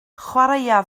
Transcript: chwaraea